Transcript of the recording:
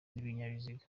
n’ibinyabiziga